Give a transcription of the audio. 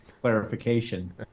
clarification